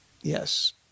yes